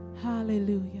Hallelujah